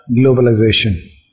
globalization